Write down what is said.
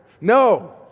No